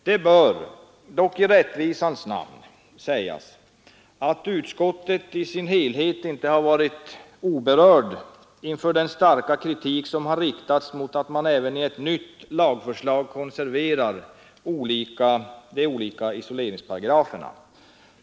Det bör dock — i rättvisans namn — sägas att utskottet i dess helhet inte har varit oberört inför den starka kritik som riktats mot att man även i ett nytt lagförslag konserverar de olika isoleringsparagraferna.